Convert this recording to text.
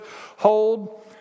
hold